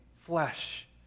flesh